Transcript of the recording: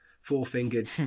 four-fingered